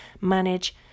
manage